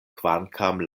kvankam